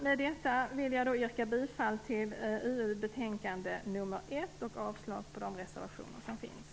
Med detta vill jag yrka bifall till hemställan i betänkande UU1 och avslag på de reservationer som finns.